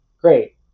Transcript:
Great